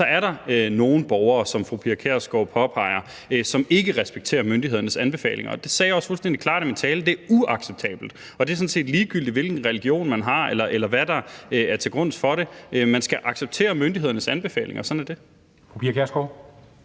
Så er der nogle borgere, der, som fru Pia Kjærsgaard påpeger, ikke respekterer myndighedernes anbefalinger. Det sagde jeg også fuldstændig klart i min tale er uacceptabelt, og det er sådan set ligegyldigt, hvilken religion man har, eller hvad der ligger til grund for det. Man skal respektere myndighedernes anbefalinger. Sådan er det.